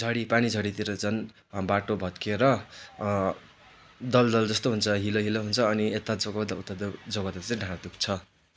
झरी पानी झरीतिर झन् बाटो भत्किएर दलदल जस्तो हुन्छ हिलो हिलो हुन्छ अनि यता जोगाउँदा उता चाहिँ जोगाउदा ढाड दुख्छ